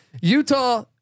Utah